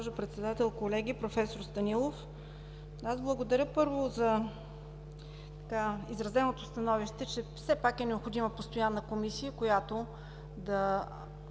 Председател, колеги, проф. Станилов! Благодаря, първо, за изразеното становище, че все пак е необходима постоянна комисия, която да